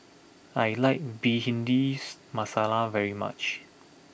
I like Bhindi Masala very much